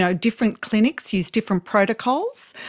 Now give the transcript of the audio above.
yeah different clinics use different protocols.